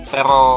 Pero